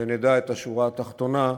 ונדע את השורה התחתונה: